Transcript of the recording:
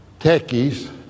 techies